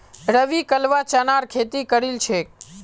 रवि कलवा चनार खेती करील छेक